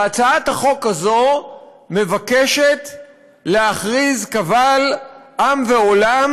והצעת החוק הזאת מבקשת להכריז קבל עם ועולם